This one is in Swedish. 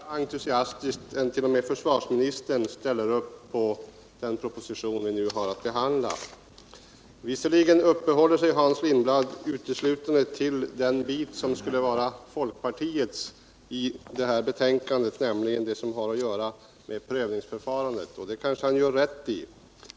Herr talman! Jag noterar att Hans Lindblad mer entusiastiskt än t.o.m. försvarsministern sluter upp bakom den proposition vi nu har att behandla. Visserligen uppehåller sig Hans Lindblad uteslutande vid folkpartiets formuleringar i betänkandet när det gäller frågor som har att göra med prövningsförfarandet. Det kanske han gör rätt i.